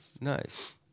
Nice